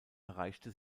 erreichte